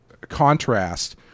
contrast